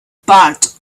part